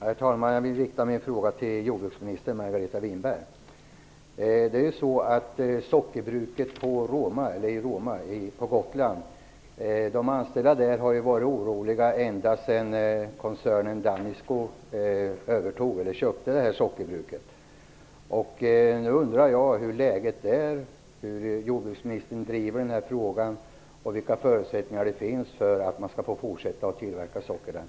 Herr talman! Jag vill rikta min fråga till jordbruksminister Margareta Winberg. De anställda på sockerbruket i Roma på Gotland har varit oroliga ända sedan koncernen Danisco köpte bruket. Jag undrar hur läget är, hur jordbruksministern driver den här frågan och vilka förutsättningar som finns för att man skall få fortsätta att tillverka socker där.